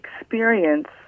experience